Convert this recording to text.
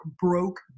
broke